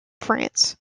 france